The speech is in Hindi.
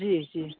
जी जी